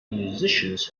musicians